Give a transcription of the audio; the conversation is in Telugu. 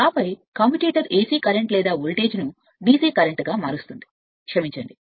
ఆపై కమ్యుటేటర్ AC కరెంట్ లేదా వోల్టేజ్ను DC కరెంట్గా మారుస్తుంది క్షమించండి